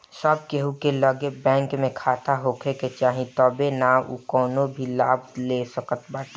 सब केहू के लगे बैंक में खाता होखे के चाही तबे नअ उ कवनो भी लाभ ले सकत बाटे